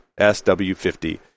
SW50